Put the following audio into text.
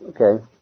Okay